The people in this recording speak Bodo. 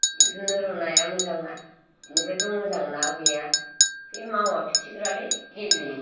बिफोरनो नाया मोजाङा बेनिफ्रायथ' मोजां ना गैया बे मावा फिथिख्रियालाय गेब्लेयो